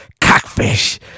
Cockfish